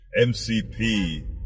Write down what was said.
MCP